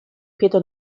peter